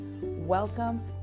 Welcome